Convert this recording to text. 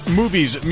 movies